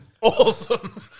Awesome